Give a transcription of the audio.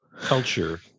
culture